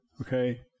okay